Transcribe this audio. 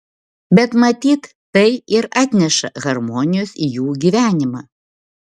bet matyt tai ir atneša harmonijos į jų gyvenimą